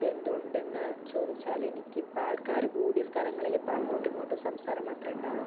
അതെന്തുകൊണ്ടെന്ന് ചോദിച്ചാല് എനിക്കിപ്പം ആൾക്കാര് കൂടിയ സ്ഥലങ്ങളിപ്പം അങ്ങോട്ടുമിങ്ങോട്ടും സംസാരം മാത്രമെ ഉണ്ടാവുകയുള്ളു